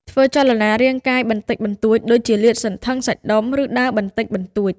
ធ្វើចលនារាងកាយបន្តិចបន្តួចដូចជាលាតសន្ធឹងសាច់ដុំ ឬដើរបន្តិចបន្តួច។